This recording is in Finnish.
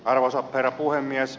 arvoisa herra puhemies